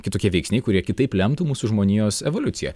kitokie veiksniai kurie kitaip lemtų mūsų žmonijos evoliuciją